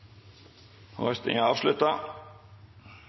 Replikkordskiftet er avslutta.